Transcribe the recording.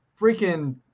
freaking